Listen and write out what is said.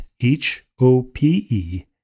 h-o-p-e